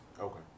Okay